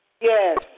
Yes